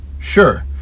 sure